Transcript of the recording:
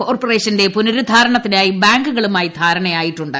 കോർപ്പറേഷന്റെ പുനരു ദ്ധാരണത്തിനായി ബാങ്കുകളുമായി ധാരണയായിട്ടുണ്ട്